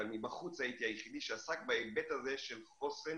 אבל מבחוץ הייתי היחידי שעסק בהיבט הזה של חוסן